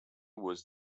was